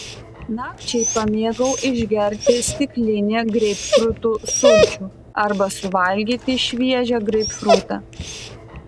nakčiai pamėgau išgerti stiklinę greipfrutų sulčių arba suvalgyti šviežią greipfrutą